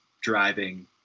driving